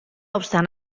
obstant